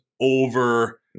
over